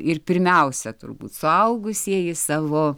ir pirmiausia turbūt suaugusieji savo